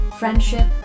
friendship